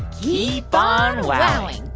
keep on wowing